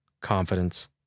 confidence